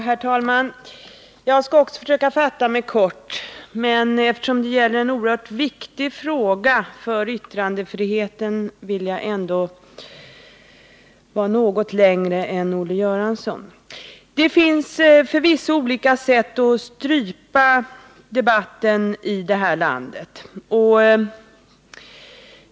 Herr talman! Också jag skall försöka att fatta mig kort, men eftersom det handlar om en oerhört viktig fråga för yttrandefriheten blir mitt anförande något längre än Olle Svenssons. Det finns förvisso olika sätt att söka strypa debatten i detta land.